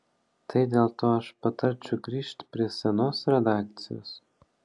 tai dėl to aš patarčiau grįžt prie senos redakcijos